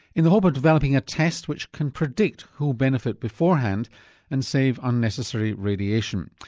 in the hope of developing a test which can predict who'll benefit beforehand and save unnecessary radiation.